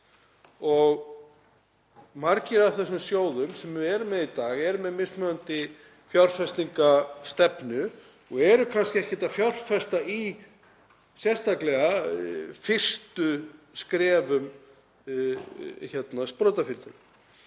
Margir af þessum sjóðum sem við erum með í dag eru með mismunandi fjárfestingarstefnu og eru kannski ekkert að fjárfesta sérstaklega í fyrstu skrefum sprotafyrirtækja.